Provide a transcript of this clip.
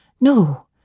No